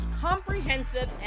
comprehensive